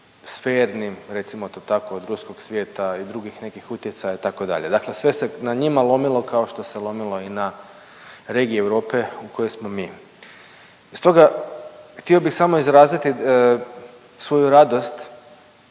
sfernim, recimo to tako od ruskog svijeta i drugih nekih utjecaja itd., dakle sve se na njima lomilo, kao što se lomilo i na regiji Europe u kojoj smo mi. Stoga htio bi samo izraziti svoju radost